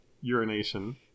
urination